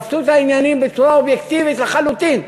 שפטו את העניינים בצורה אובייקטיבית לחלוטין,